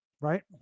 right